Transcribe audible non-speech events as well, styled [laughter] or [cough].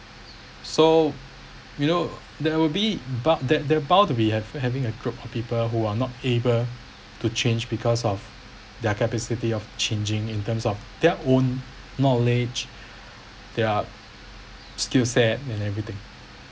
so you know there will be about that there are bound to be have having a group of people who are not able to change because of their capacity of changing in terms of their own knowledge [breath] their skill sets and everything